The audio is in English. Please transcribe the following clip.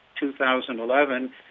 2011